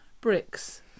bricks